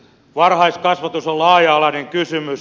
varhaiskasvatus on laaja alainen kysymys